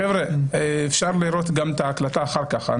חברים, אפשר לראות את ההקלטה אחר כך.